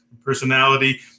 personality